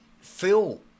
Phil